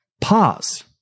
pause